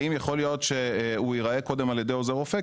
האם יכול להיות הוא ייראה קודם על ידי עוזר רופא?